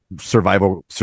survival